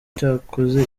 cyakoze